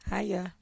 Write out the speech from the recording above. Hiya